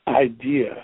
idea